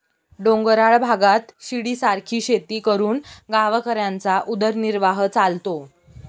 डोंगराळ भागात शिडीसारखी शेती करून गावकऱ्यांचा उदरनिर्वाह चालतो